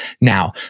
now